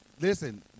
Listen